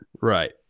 right